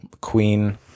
queen